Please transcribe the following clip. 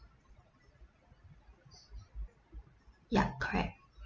yup correct